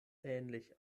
ähnlich